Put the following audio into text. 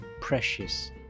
precious